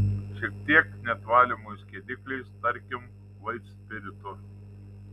šiek tiek net valymui skiedikliais tarkim vaitspiritu